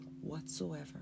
whatsoever